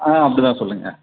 ஆ அப்படிதான் சொல்லுங்க